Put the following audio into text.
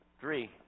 three